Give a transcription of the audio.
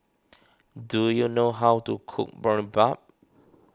do you know how to cook Boribap